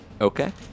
Okay